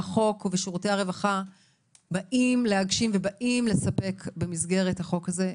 שהחוק ושירותי הרווחה באים להגשים ולספק במסגרת החוק הזה.